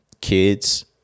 kids